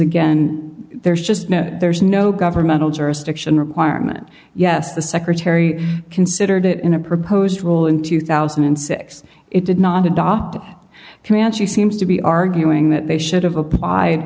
again there's just no there's no governmental jurisdiction requirement yes the secretary considered it in a proposed rule in two thousand and six it did not adopt comanche seems to be arguing that they should have applied